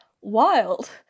Wild